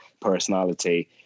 personality